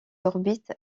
orbites